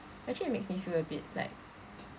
actually it makes me feel a bit like